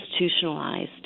institutionalized